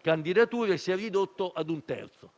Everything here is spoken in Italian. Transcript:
candidature sia ridotto a un terzo.